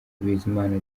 bizimana